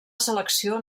selecció